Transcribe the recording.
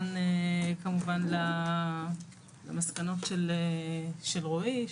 פה למסקנות של רועי,